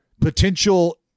potential